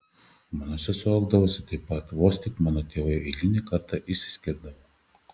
mano sesuo elgdavosi taip pat vos tik mano tėvai eilinį kartą išsiskirdavo